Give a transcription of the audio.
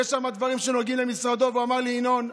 יש שם דברים שנוגעים למשרדו והוא אמר לי: ינון,